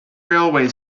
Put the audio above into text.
railway